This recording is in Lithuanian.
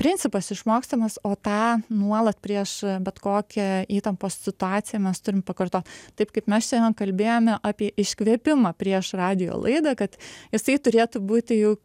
principas išmokstamas o tą nuolat prieš bet kokią įtampos situaciją mes turim pakartot taip kaip mes šiandien kalbėjome apie iškvėpimą prieš radijo laidą kad jisai turėtų būti juk